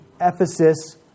Ephesus